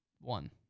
one